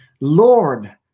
Lord